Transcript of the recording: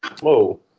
Whoa